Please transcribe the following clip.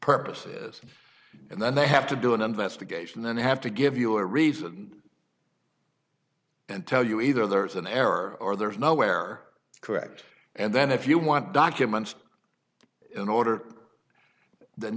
purposes and then they have to do an investigation then they have to give you a reason and tell you either there is an error or there is no where correct and then if you want documents in order th